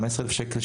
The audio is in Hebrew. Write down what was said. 15 אלף שקל,